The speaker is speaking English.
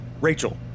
Rachel